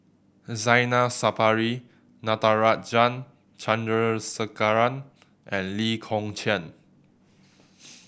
Zainal Sapari Natarajan Chandrasekaran and Lee Kong Chian